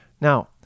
Now